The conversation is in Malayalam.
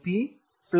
APLP KN